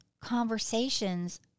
conversations